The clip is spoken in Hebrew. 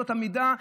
זאת המידה,